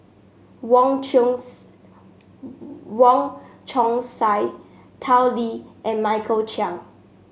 Wong Chong Wong Chong Sai Tao Li and Michael Chiang